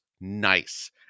nice